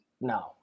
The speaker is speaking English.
No